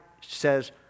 says